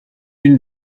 une